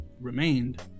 remained